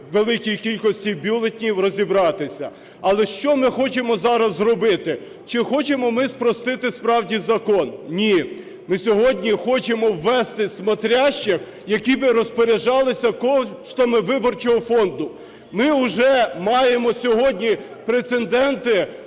великій кількості бюлетенів розібратися. Але що ми хочемо зараз зробити? Чи хочемо ми спростити справді закон? Ні. Ми сьогодні хочемо ввести "смотрящих", які би розпоряджалися коштами виборчого фонду. Ми уже маємо сьогодні прецеденти,